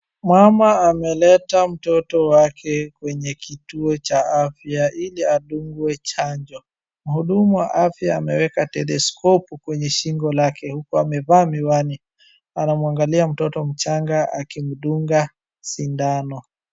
Mama ameleta mtoto wake kwenye kituo cha afya iliadungwe chanjo. Mhudumu wa fya ameweka teleskopu kwenye shingo lake huku amevaa miwani. Anamwangalia mtoto mchanga akimdunga sindano.